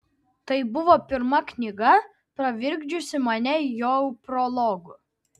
tai buvo pirma knyga pravirkdžiusi mane jau prologu